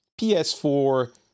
PS4